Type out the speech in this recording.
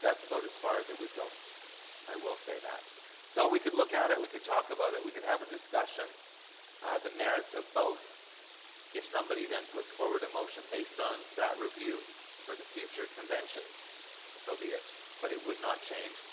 that's about as far as it would go i will say that so we could look at it we could talk about it we could have a discussion the merits of both if somebody then puts forward a motion based on that review for the future conventions so be it but it would not change